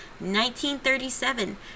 1937